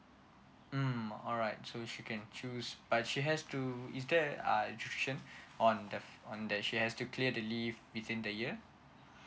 mm alright so she can choose but she has to is there uh restrictions on that she has to clear the leave within the year